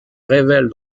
révèle